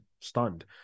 stunned